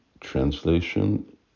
translation